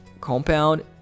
compound